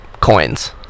coins